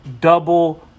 double